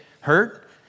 hurt